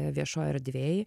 viešoj erdvėj